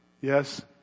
Yes